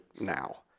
now